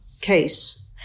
case